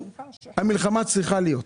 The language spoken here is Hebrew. המלחמה צריכה להיות.